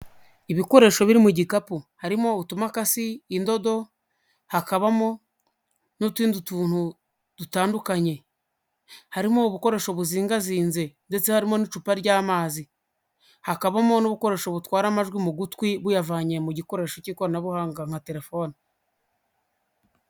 Ibikoresho biri mu gikapu, harimo utumakasi, indodo, hakabamo n'utundi tuntu dutandukanye, harimo ubukoresho buzingazinze ndetse harimo n'icupa ry'amazi, hakabamo n'ubukoresho butwara amajwi mu gutwi buyavanye mu gikoresho cy'ikoranabuhanga nka telefoni.